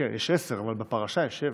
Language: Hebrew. יש עשר, אבל בפרשה יש שבע.